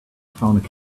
found